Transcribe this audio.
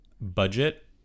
budget